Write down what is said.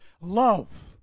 Love